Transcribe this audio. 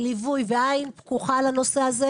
ליווי ועין פקוחה לנושא הזה.